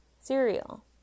Cereal